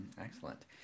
Excellent